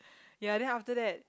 ya then after that